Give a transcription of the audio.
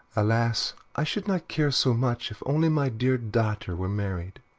alas! i should not care so much if only my dear daughter were married.